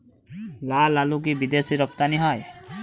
লালআলু কি বিদেশে রপ্তানি হয়?